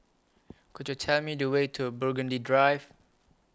Could YOU Tell Me The Way to Burgundy Drive